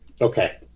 okay